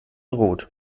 rot